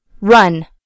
Run